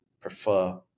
prefer